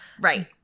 Right